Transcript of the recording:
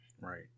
Right